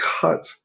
cut